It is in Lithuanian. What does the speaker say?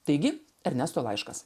taigi ernesto laiškas